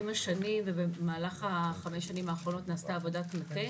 עם השנים ובמהלך 5 השנים האחרונות נעשתה עבודת מטה,